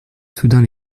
soudain